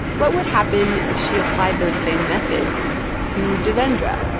what would happen if she applied those same methods to devendra?